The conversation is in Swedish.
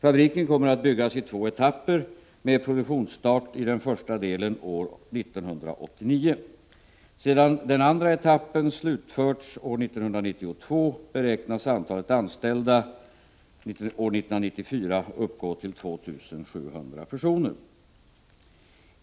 Fabriken kommer att byggas i två etapper med produktionsstart i den första delen år 1989. Sedan den andra etappen slutförts år 1992 beräknas antalet anställda år 1994 uppgå till 2 700 personer.